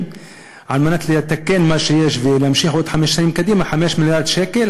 על מנת לתקן מה שיש ולהמשיך עוד חמש שנים קדימה הוא 5 מיליארד שקל,